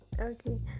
Okay